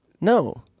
No